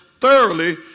thoroughly